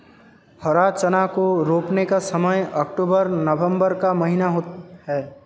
हरा चना को रोपने का समय अक्टूबर नवंबर का महीना है